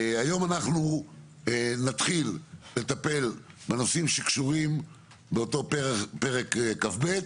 היום אנחנו נתחיל לטפל בנושאים שקשורים באותו פרק כ"ב,